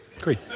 Great